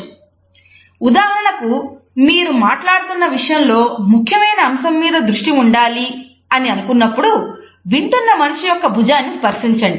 ఉదాహరణకు మీరు మాట్లాడుతున్న విషయంలో ముఖ్యమైన అంశం మీద దృష్టి ఉండాలి అని అనుకున్నప్పుడు వింటున్న మనిషి యొక్క భుజాన్ని స్పర్శించండి